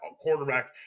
quarterback